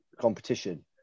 competition